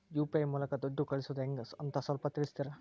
UPI ಮೂಲಕ ದುಡ್ಡು ಕಳಿಸೋದ ಹೆಂಗ್ ಅಂತ ಸ್ವಲ್ಪ ತಿಳಿಸ್ತೇರ?